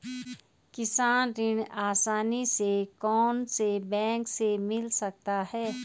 किसान ऋण आसानी से कौनसे बैंक से मिल सकता है?